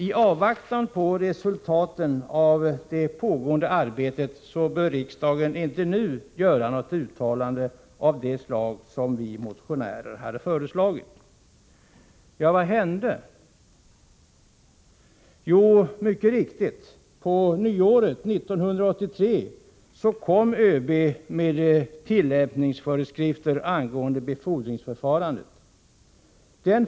I avvaktan på resultaten av det pågående arbetet bör riksdagen inte nu göra något uttalande av det slag som motionärerna har föreslagit.” Vad hände? Jo, på nyåret 1983 kom ÖB mycket riktigt med tillämpningsföreskrifter angående befordringsförfarandet.